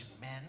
men